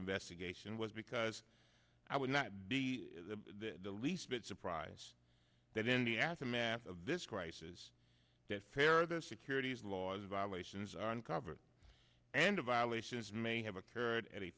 investigation was because i would not be the least bit surprised that in the aftermath of this crisis that fair the securities laws violations are uncovered and violations may have occurred